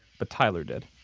but tyler did